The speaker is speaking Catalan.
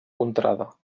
contrada